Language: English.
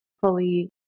fully